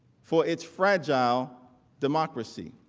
for its fragile democracy.